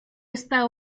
esta